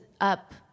up